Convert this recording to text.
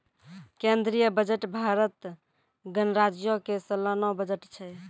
केंद्रीय बजट भारत गणराज्यो के सलाना बजट छै